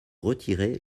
retirer